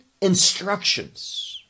instructions